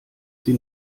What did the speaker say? sie